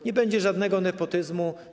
Nie będzie żadnego nepotyzmu.